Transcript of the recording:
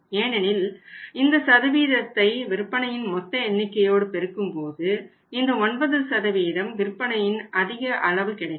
ஏனெனில் இந்த சதவீதத்தை விற்பனையின் மொத்த எண்ணிக்கையோடு பெருக்கும்போது இந்த 9 விற்பனையின் அதிகமான அளவு கிடைக்கும்